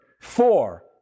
Four